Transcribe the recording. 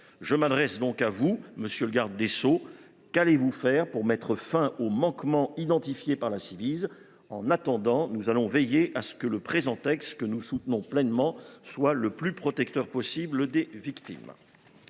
je m’adresse donc à vous : qu’allez vous faire pour mettre fin aux manquements identifiés par la Ciivise ? En attendant, nous allons veiller à ce que le présent texte, que nous soutenons pleinement, soit le plus protecteur possible pour les victimes.